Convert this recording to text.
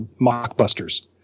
mockbusters